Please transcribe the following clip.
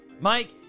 Mike